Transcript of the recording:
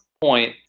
point